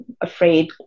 afraid